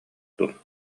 дуо